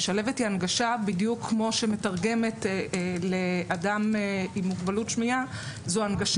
משלבת היא הנגשה בדיוק כמו שמתרגמת לאדם עם מוגבלות שמיעה זו הנגשה.